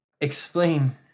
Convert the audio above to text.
explain